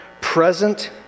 present